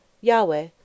Yahweh